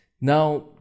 Now